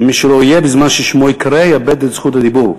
שמי שלא יהיה בזמן ששמו ייקרא יאבד את זכות הדיבור.